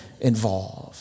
involved